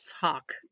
talk